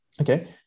Okay